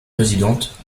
présidente